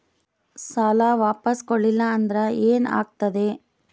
ಸಾಲ ವಾಪಸ್ ಕೊಡಲಿಲ್ಲ ಅಂದ್ರ ಏನ ಆಗ್ತದೆ?